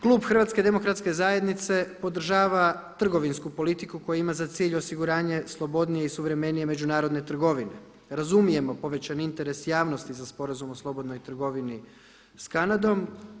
Klub HDZ-a podržava trgovinsku politiku koja ima za cilj osiguranje slobodnije i suvremenije međunarodne trgovine, razumijemo povećan interes javnosti za Sporazumom o slobodnoj trgovini sa Kanadom.